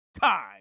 time